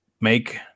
make